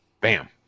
bam